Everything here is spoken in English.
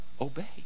obey